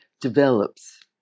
develops